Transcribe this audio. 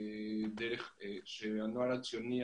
דרך הנוער הציוני,